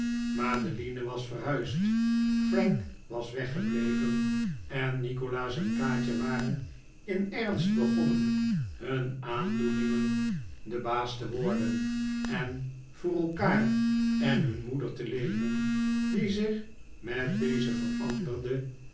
madeline was verhuisd frank was weggebleven en nikolaas en kaatje waren in ernst begonnen hun aandoeningen de baas te worden en voor elkaar en hun moeder te leven die zich met deze veranderde